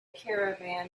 caravan